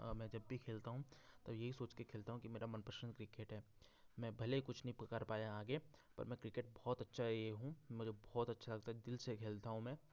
मैं जब भी खेलता हूँ तो यही सोच कर खेलता हूँ कि मेरा मनपसंद क्रिकेट है मैं भले ही कुछ नहीं कर पाया आगे पर मैं क्रिकेट बहुत अच्छा ये हूँ मुझे बहुत अच्छा लगता है दिल से खेलता हूँ मैं